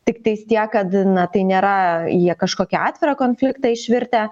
tiktais tiek kad na tai nėra jie į kažkokį atvirą konfliktą išvirtę